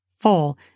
full